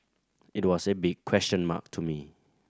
it was a big question mark to me